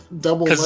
double